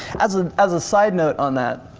as um as a side note on that,